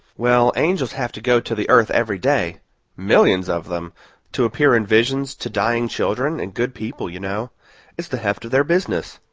well, angels have to go to the earth every day millions of them to appear in visions to dying children and good people, you know it's the heft of their business.